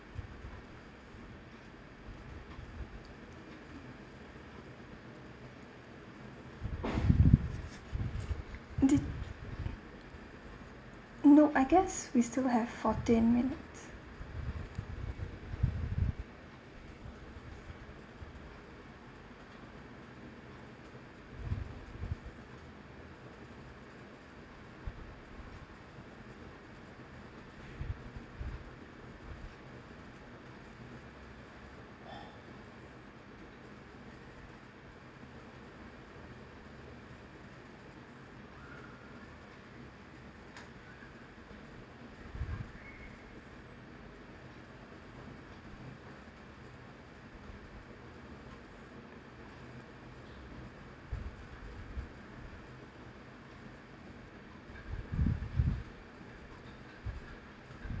did no I guess we still have fourteen minutes